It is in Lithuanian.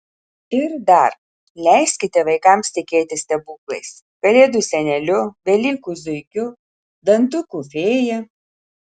ir dar leiskite vaikams tikėti stebuklais kalėdų seneliu velykų zuikiu dantukų fėja